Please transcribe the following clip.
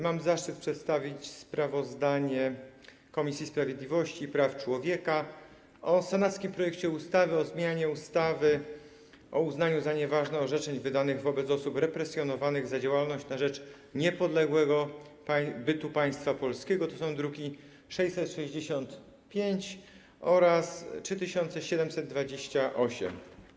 Mam zaszczyt przedstawić sprawozdanie Komisji Sprawiedliwości i Praw Człowieka o senackim projekcie ustawy o zmianie ustawy o uznaniu za nieważne orzeczeń wydanych wobec osób represjonowanych za działalność na rzecz niepodległego bytu Państwa Polskiego, druki nr 665 i 3728.